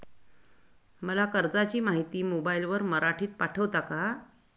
मला कर्जाची माहिती मोबाईलवर मराठीत पाठवता का?